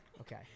Okay